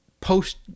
post